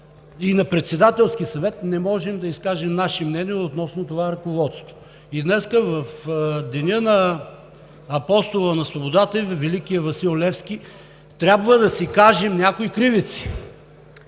и на Председателски съвет не можем да изкажем наши мнения относно това ръководство. И днес, в деня на Апостола на свободата и на великия Васил Левски, трябва да си кажем някои кривици.